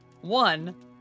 One